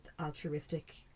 altruistic